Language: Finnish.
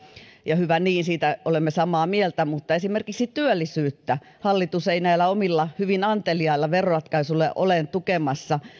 ja hyvä niin siitä olemme samaa mieltä esimerkiksi työllisyyttä hallitus ei näillä omilla hyvin anteliailla veroratkaisuillaan ole tukemassa